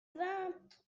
vingt